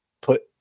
put